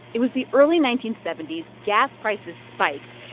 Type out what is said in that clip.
it was the early nineteen seventy s. gas prices spiked.